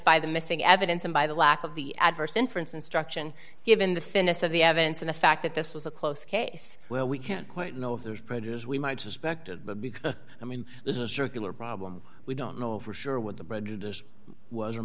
by the missing evidence and by the lack of the adverse inference instruction given the finesse of the evidence and the fact that this was a close case well we can't quite know if there's prejudice we might suspect because i mean there's a circular problem we don't know for sure what the